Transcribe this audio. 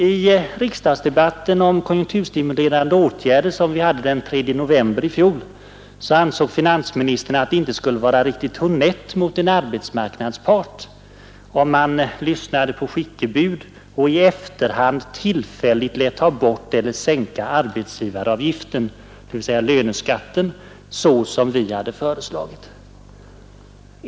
I riksdagsdebatten om konjunkturstimulerande åtgärder den 3 november i fjol ansåg finansministern att det inte skulle vara riktigt honnett mot en arbetsmarknadspart, om man lyssnade på skickebud och i efterhand tillfälligt lät ta bort eller sänka arbetsgivaravgiften, dvs. löneskatten, så som vi hade föreslagit.